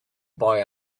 boy